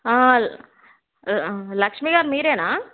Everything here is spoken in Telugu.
లా లక్ష్మీగారు మీరేనా